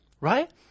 Right